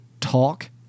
talk